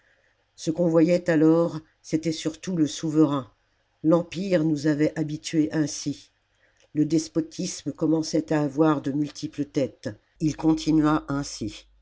ce qu'on voyait alors c'était surtout le souverain l'empire nous avait habitués ainsi le despotisme commençait à avoir de multiples têtes il continua ainsi